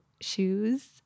shoes